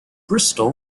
bristol